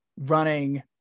running